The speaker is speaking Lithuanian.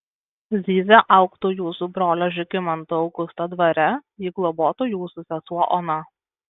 zyzia augtų jūsų brolio žygimanto augusto dvare jį globotų jūsų sesuo ona